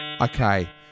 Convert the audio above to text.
Okay